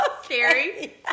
Scary